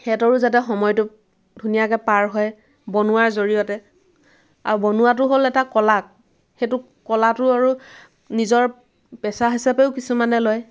হেঁতৰো যাতে সময়টো ধুনীয়াকৈ পাৰ হয় বনোৱাৰ জৰিয়তে আৰু বনোৱাটো হ'ল এটা কলা সেইটো কলাটো আৰু নিজৰ পেচা হিচাপেও কিছুমানে লয়